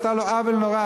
עשתה לו עוול נורא.